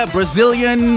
Brazilian